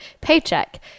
paycheck